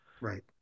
Right